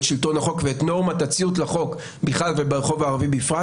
את שלטון החוק ואת נורמות הציות לחוק בכלל וברחוב הערבי בפרט.